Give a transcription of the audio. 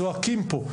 זועקים פה.